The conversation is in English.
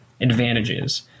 advantages